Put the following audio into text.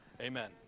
Amen